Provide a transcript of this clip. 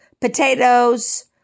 potatoes